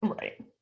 Right